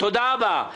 תודה רבה.